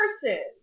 person